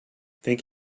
thank